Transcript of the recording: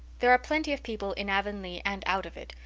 there are plenty of people in avonlea and out of it,